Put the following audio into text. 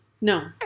No